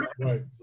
Right